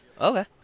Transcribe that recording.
Okay